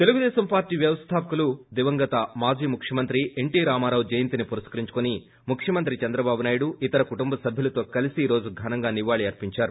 Telugu Desam party వ్యవస్థాపకుడు దివంగత మాజీ ముఖ్యమంత్రి ఎన్షీ రామారావు జయంతిని పురస్కరించుకోని ముఖ్యమంత్రి చంద్రబాబునాయుడు ఇతర కుటుంబ సభ్యులతో కలసి ఈ రోజు ేఘనంగా నివాళులు అర్సించారు